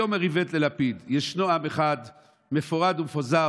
ויאמר איווט ללפיד: ישנו עם אחד מפורד ומפוזר